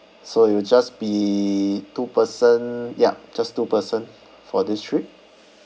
so it will just be two person yup just two person for this trip